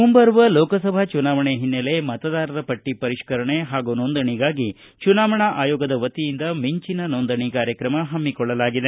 ಮುಂಬರುವ ಲೋಕಸಭಾ ಚುನಾವಣೆ ಹಿನ್ನೆಲೆ ಮತದಾರರ ಪಟ್ಟ ಪರಿಷ್ಕರಣೆ ಹಾಗೂ ನೋಂದಣಿಗಾಗಿ ಚುನಾವಣಾ ಆಯೋಗದ ವತಿಯಿಂದ ಮಿಂಚಿನ ನೋಂದಣಿ ಕಾರ್ಯಕ್ರಮ ಪಮ್ಗಿಕೊಳ್ಳಲಾಗಿದೆ